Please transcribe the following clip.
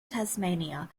tasmania